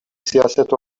siyaset